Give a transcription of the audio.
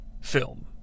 film